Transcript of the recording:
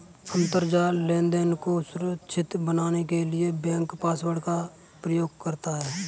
अंतरजाल लेनदेन को सुरक्षित बनाने के लिए बैंक पासवर्ड का प्रयोग करता है